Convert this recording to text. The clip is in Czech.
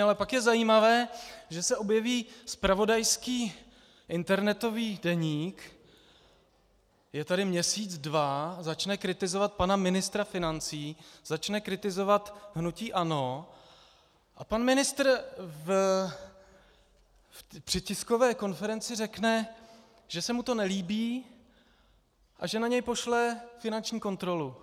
Ale pak je zajímavé, že se objeví zpravodajský internetový deník, je tady měsíc dva, začne kritizovat pana ministra financí, začne kritizovat hnutí ANO, a pan ministr při tiskové konferenci řekne, že se mu to nelíbí a že na něj pošle finanční kontrolu.